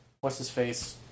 what's-his-face